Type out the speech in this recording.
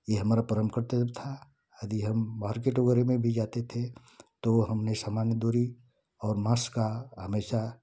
ये हमारा परम कर्तव्य था यदि हम मार्केट वगैरह में भी जाते थे तो हमने सामान्य दूरी और मास्क का हमेशा